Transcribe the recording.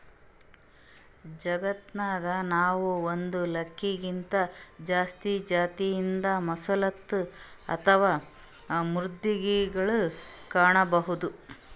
ಜಗತ್ತನಾಗ್ ನಾವ್ ಒಂದ್ ಲಾಕ್ಗಿಂತಾ ಜಾಸ್ತಿ ಜಾತಿದ್ ಮಲಸ್ಕ್ ಅಥವಾ ಮೃದ್ವಂಗಿಗೊಳ್ ಕಾಣಬಹುದ್